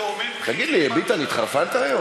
תגיד לי ביטן, התחרפנת היום?